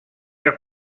your